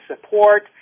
support